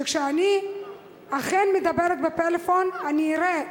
שכשאני אכן מדברת בפלאפון, אני אראה.